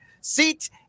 seat